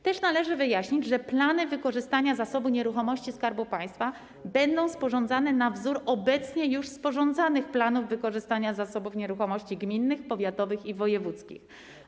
Należy też wyjaśnić, że plany wykorzystania zasobu nieruchomości Skarbu Państwa będą sporządzane na wzór obecnie już sporządzanych planów wykorzystania zasobów nieruchomości gminnych, powiatowych i wojewódzkich.